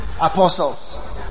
apostles